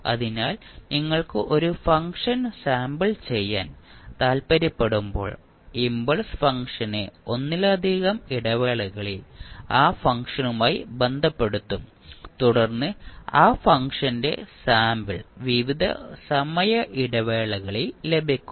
അതിനാൽ നിങ്ങൾക്ക് ഒരു ഫംഗ്ഷൻ സാമ്പിൾ ചെയ്യാൻ താൽപ്പര്യപ്പെടുമ്പോൾ ഇൻപൾസ് ഫംഗ്ഷനെ ഒന്നിലധികം ഇടവേളകളിൽ ആ ഫംഗ്ഷനുമായി ബന്ധപ്പെടുത്തും തുടർന്ന് ആ ഫംഗ്ഷന്റെ സാമ്പിൾ വിവിധ സമയ ഇടവേളകളിൽ ലഭിക്കും